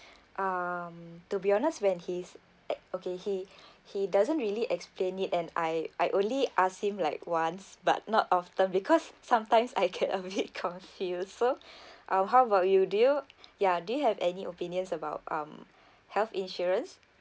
um to be honest when he's at okay he he doesn't really explain it and I I only ask him like once but not often because sometimes I can a bit confused so uh how about you do ya do you have any opinions about um health insurance